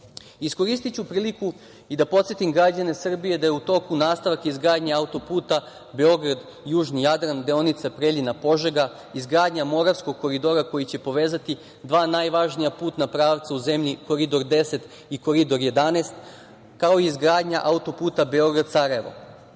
priliku i da podsetim građane Srbije da je u toku nastavak izgradnje autoputa Beograd-Južni Jadran, deonica Preljina-Požega, izgradnja Moravskog koridora koji će povezati dva najvažnija putna pravca u zemlji Koridor 10 i Koridor 11, kao i izgradnja autoputa Beograd-Sarajevo. Krećemo